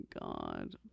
God